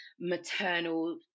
maternal